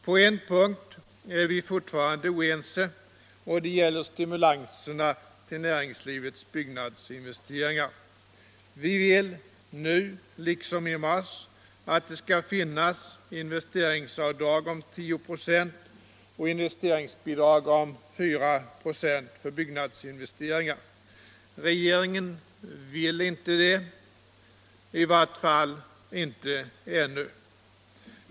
På en punkt är vi fortfarande oense, och det gäller stimulanserna till näringslivets byggnadsinvesteringar. Vi vill nu liksom i mars att det skall finnas investeringsavdrag om 10 96 och investeringsbidrag om 4 96 för byggnadsinvesteringar. Regeringen vill inte det, i vart fall inte ännu.